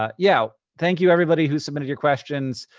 yeah yeah. thank you everybody who submitted your questions.